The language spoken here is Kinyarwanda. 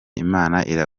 imana